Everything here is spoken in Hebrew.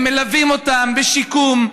מלווה אותם בשיקום.